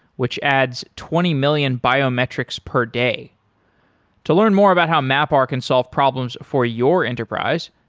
which adds twenty million biometrics per day to learn more about how mapr can solve problems for your enterprise,